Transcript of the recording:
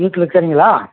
வீட்டில் இருக்குறீங்களா